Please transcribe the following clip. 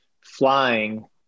flying